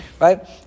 Right